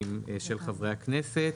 בטאבלטים של חברי הכנסת.